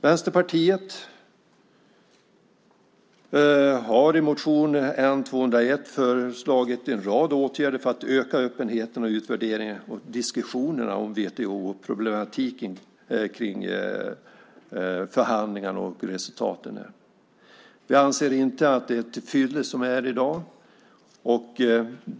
Vänsterpartiet har i motion N201 föreslagit en rad åtgärder för att öka öppenheten om, utvärderingen av och diskussionen om WTO och problematiken kring förhandlingarna och resultaten. Vi anser inte att det är tillfyllest som det är i dag.